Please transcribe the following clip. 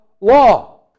law